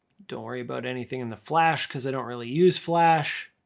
don't worry about anything in the flash cause i don't really use flash.